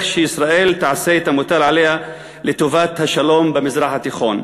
שישראל תעשה את המוטל עליה לטובת השלום במזרח התיכון.